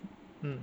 mm